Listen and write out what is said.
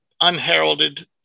unheralded